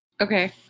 Okay